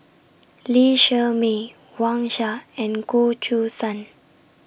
Lee Shermay Wang Sha and Goh Choo San